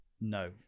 no